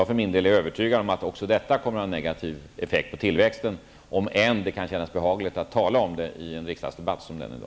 För min del är jag övertygad om att även detta kommer att få negativa effekter på tillväxten, även om det kan kännas behagligt att tala om det i en riksdagsdebatt som denna.